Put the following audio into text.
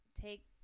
take